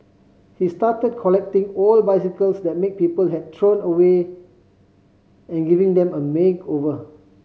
he started collecting old bicycles that make people had thrown away and giving them a makeover